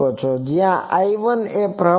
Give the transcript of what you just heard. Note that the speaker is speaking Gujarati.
જ્યાં I1 એ પ્રવાહ છે